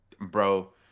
bro